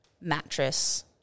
mattress